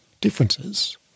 differences